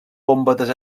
bombetes